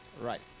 Right